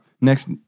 next